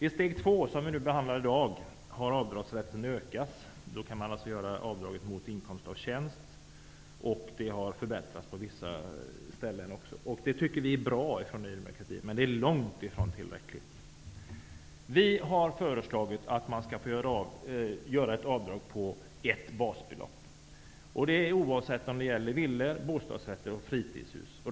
I steg två, som vi behandlar i dag, har avdragsrätten ökats. Nu kan man göra avdraget mot inkomst av tjänst, och det har även förbättrats på vissa ställen. Det tycker vi från Ny demokrati är bra, men det är långt ifrån tillräckligt. Vi har föreslagit att man skall få göra ett avdrag på ett basbelopp, och det oavsett om det är fråga om en villa, en bostadsrätt eller ett fritidshus.